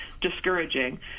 discouraging